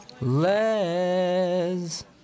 Les